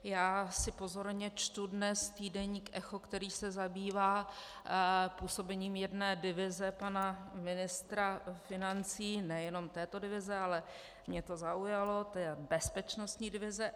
Já si pozorně čtu dnes týdeník Echo, který se zabývá působením jedné divize pana ministra financí, ne jenom této divize, ale mě to zaujalo, bezpečnostní divize.